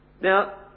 Now